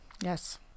Yes